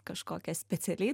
kažkokias specialiai